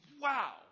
Wow